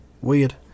Weird